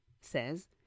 says